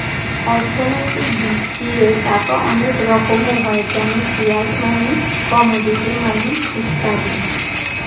অর্থনৈতিক দিক দিয়ে টাকা অনেক রকমের হয় যেমন ফিয়াট মানি, কমোডিটি মানি ইত্যাদি